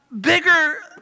bigger